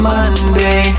Monday